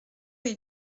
est